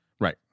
Right